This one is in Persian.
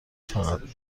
فقط